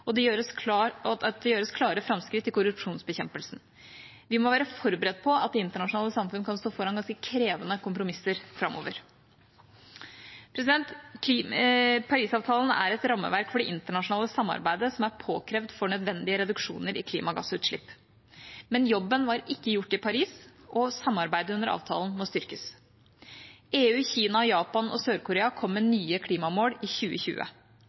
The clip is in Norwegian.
og at det gjøres klare framskritt i korrupsjonsbekjempelsen. Vi må være forberedt på at det internasjonale samfunnet kan stå foran ganske krevende kompromisser framover. Parisavtalen er et rammeverk for det internasjonale samarbeidet som er påkrevd for nødvendige reduksjoner i klimagassutslipp. Men jobben var ikke gjort i Paris, og samarbeidet under avtalen må styrkes. EU, Kina, Japan og Sør-Korea kom med nye klimamål i 2020.